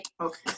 Okay